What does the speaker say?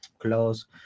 close